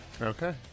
Okay